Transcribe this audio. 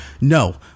No